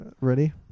Ready